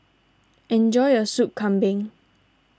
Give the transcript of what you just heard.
enjoy your Soup Kambing